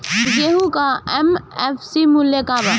गेहू का एम.एफ.सी मूल्य का बा?